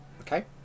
Okay